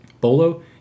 Bolo